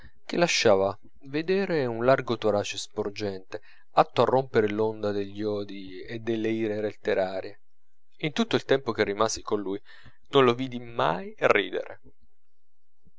che lasciava vedere un largo torace sporgente atto a rompere l'onda degli odii e delle ire letterarie in tutto il tempo che rimasi con lui non lo vidi mai ridere